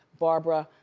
barbara,